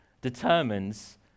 determines